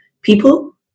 people